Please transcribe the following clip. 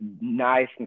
nice